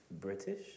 British